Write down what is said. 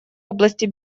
области